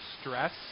stress